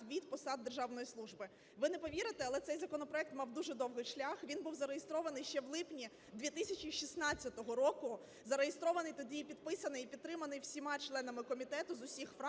від посад державної служби. Ви не повірите, але цей законопроект мав дуже довгий шлях, він був зареєстрований ще в липні 2016 року, зареєстрований тоді і підписаний, і підтриманий всіма членами комітету з усіх фракцій,